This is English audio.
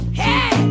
hey